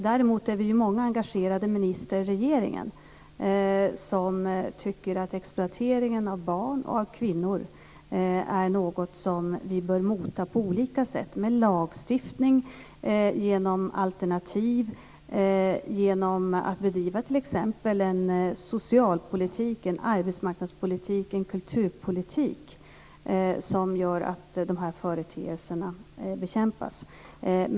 Däremot är vi många engagerade ministrar i regeringen som tycker att exploateringen av barn och kvinnor är något som vi bör mota på olika sätt; med lagstiftning, genom alternativ, genom att bedriva t.ex. en socialpolitik, en arbetsmarknadspolitik och en kulturpolitik som gör att de här företeelserna bekämpas.